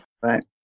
Right